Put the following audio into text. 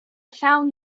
found